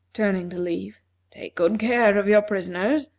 turning to leave take good care of your prisoners,